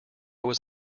was